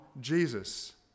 Jesus